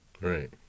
right